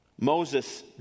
Moses